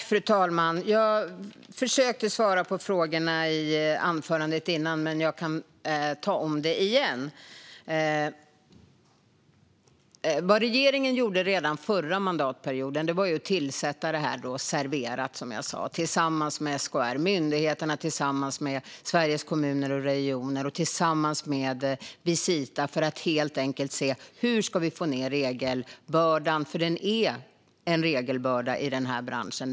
Fru talman! Jag försökte svara på frågorna i det tidigare anförandet, men jag kan ta det igen. Vad regeringen gjorde redan förra mandatperioden var att starta Serverat, som jag sa. Det gjorde myndigheterna tillsammans med Sveriges Kommuner och Regioner och tillsammans med Visita. Det handlade helt enkelt om: Hur ska vi få ned regelbördan? Det är en regelbörda i den här branschen.